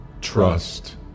trust